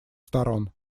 сторон